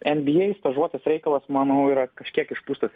nba stažuotės reikalas manau yra kažkiek išpūstas